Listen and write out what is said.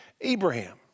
Abraham